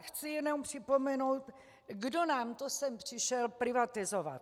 Chci jenom připomenout, kdo nám to sem přišel privatizovat.